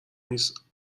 نیست